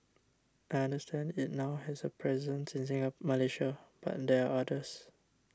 I understand it now has a presence in Malaysia but there are others